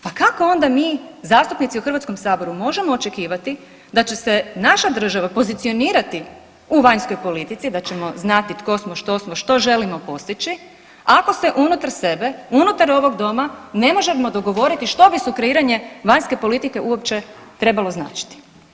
Pa kako onda mi zastupnici u Hrvatskom saboru možemo očekivati da će se naša država pozicionirati u vanjskoj politici, da ćemo znati tko smo, što smo, što želimo postići ako se unutar sebe, unutar ovog doma ne možemo dogovoriti što bi sukreiranje vanjske politike uopće trebalo značiti.